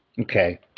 Okay